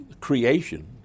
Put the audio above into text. creation